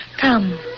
Come